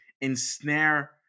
ensnare